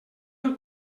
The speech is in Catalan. del